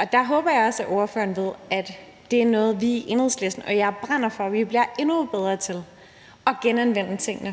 til at genanvende tingene – og der håber jeg også, at ordføreren ved, at det er noget, vi i Enhedslisten og jeg brænder for at vi bliver endnu bedre til – så har vi